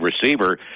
receiver